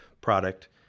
product